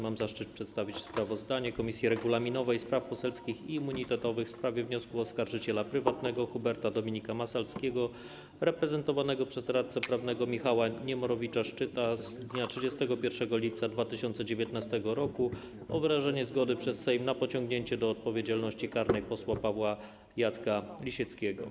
Mam zaszczyt przedstawić sprawozdanie Komisji Regulaminowej, Spraw Poselskich i Immunitetowych w sprawie wniosku oskarżyciela prywatnego Huberta Dominika Massalskiego reprezentowanego przez radcę prawnego Michała Niemirowicza-Szczytta z dnia 31 lipca 2019 r. o wyrażenie zgody przez Sejm na pociągnięcie do odpowiedzialności karnej posła Pawła Jacka Lisieckiego.